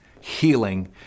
healing